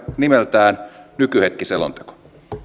nimeltään nykyhetkiselonteko